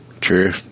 true